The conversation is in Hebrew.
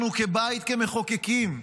אנחנו כבית, כמחוקקים,